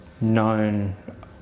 known